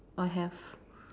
I have